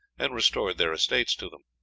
and restored their estates to them.